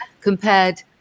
compared